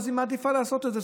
אז היא מעדיפה לעשות את זה.